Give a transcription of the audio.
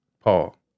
Paul